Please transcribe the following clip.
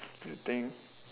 I think